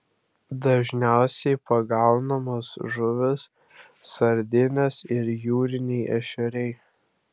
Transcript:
dažniausiai pagaunamos žuvys sardinės ir jūriniai ešeriai